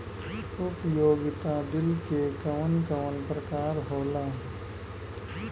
उपयोगिता बिल के कवन कवन प्रकार होला?